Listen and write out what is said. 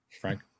Frank